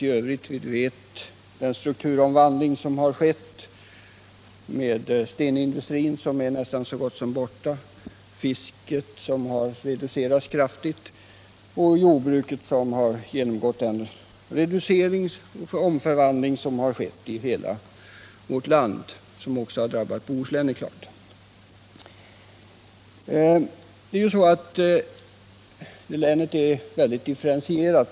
Vi känner = m.m. alla till den strukturomvandling som skett och som inneburit att stenindustrin är så gott som borta ur bilden samt att fisket och jordbruket reducerats kraftigt. Den strukturomvandling som skett i hela vårt land har självfallet också drabbat Bohuslän. Länet är mycket differentierat.